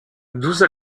douze